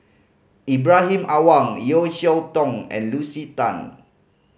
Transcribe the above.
Ibrahim Awang Yeo Cheow Tong and Lucy Tan